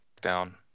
down